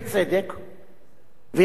וידעתי שאם אני אגיד 70 גם